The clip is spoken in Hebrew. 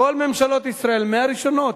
כל ממשלות ישראל, מהראשונות,